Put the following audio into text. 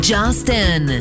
Justin